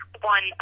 One